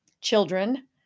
Children